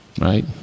right